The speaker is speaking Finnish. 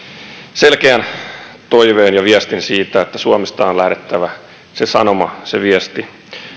selkeän toiveen ja viestin siitä että suomesta ja täältä eduskunnasta on lähdettävä se sanoma se viesti